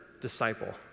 disciple